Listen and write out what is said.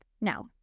Now